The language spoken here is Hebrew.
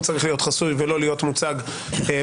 צריך להיות חסוי ולא להיות מוצג בגלוי.